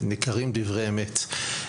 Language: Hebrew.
ניכרים דברי אמת.